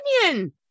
opinion